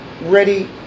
ready